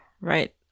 right